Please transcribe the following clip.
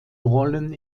rollen